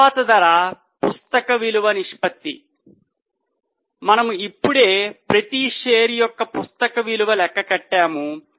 తరువాత ధర పుస్తక విలువ నిష్పత్తి మనము ఇప్పుడే ప్రతి షేర్ యొక్క పుస్తక విలువ లెక్క కట్టాము